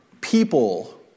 people